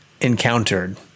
encountered